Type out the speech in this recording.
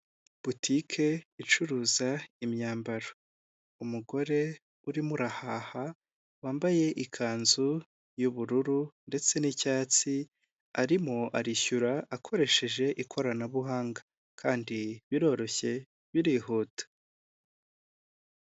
Butike icuruza imyambaro. Umugore urimo urahaha, wambaye ikanzu y'ubururu ndetse n'icyatsi, arimo arishyura akoresheje ikoranabuhanga kandi biroroshye birihuta.